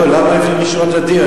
למה לפנים משורת הדין?